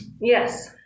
Yes